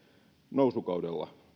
nousukaudella